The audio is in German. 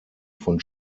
von